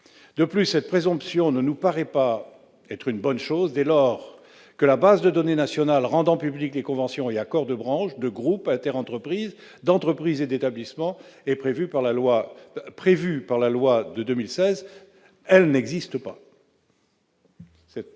part, cette présomption ne nous paraît pas être une bonne chose dès lors que la base de données nationale rendant publics les conventions et accords de branche, de groupe, interentreprises, d'entreprise et d'établissement prévue par la loi de 2016 n'existe pas.